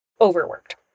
overworked